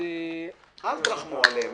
תרחמו עליהם.